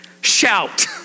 Shout